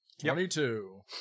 Twenty-two